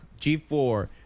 g4